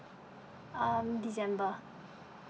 um december